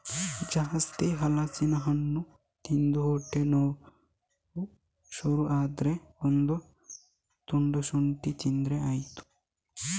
ಜಾಸ್ತಿ ಹಲಸಿನ ಹಣ್ಣು ತಿಂದು ಹೊಟ್ಟೆ ನೋವು ಶುರು ಆದ್ರೆ ಒಂದು ತುಂಡು ಶುಂಠಿ ತಿಂದ್ರೆ ಆಯ್ತು